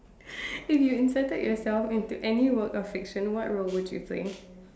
if you inserted yourself into any work of fiction what role would you play